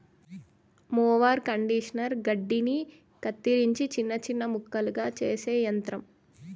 mower conditioner గడ్డిని కత్తిరించి చిన్న చిన్న ముక్కలుగా చేసే యంత్రం